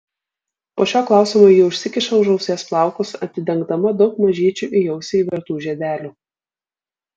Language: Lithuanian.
po šio klausimo ji užsikiša už ausies plaukus atidengdama daug mažyčių į ausį įvertų žiedelių